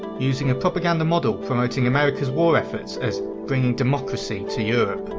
using a propaganda model promoting america's war efforts as bringing democracy to europe.